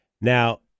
Now